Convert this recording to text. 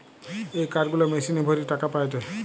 এ card গুলা মেশিনে ভরে টাকা পায়টে